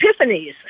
epiphanies